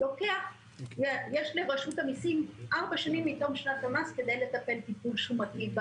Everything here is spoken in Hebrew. יש לרשות המסים ארבע שנים מתום שנת המס כדי לטפל טיפול שומתי,